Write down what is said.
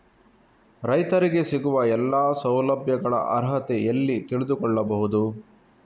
ರೈತರಿಗೆ ಸಿಗುವ ಎಲ್ಲಾ ಸೌಲಭ್ಯಗಳ ಅರ್ಹತೆ ಎಲ್ಲಿ ತಿಳಿದುಕೊಳ್ಳಬಹುದು?